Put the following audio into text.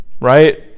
Right